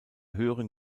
höheren